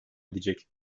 edecek